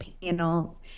panels